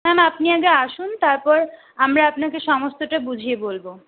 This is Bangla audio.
না না আপনি আগে আসুন তারপর আমরা আপনাকে সমস্তটা বুঝিয়ে বলবো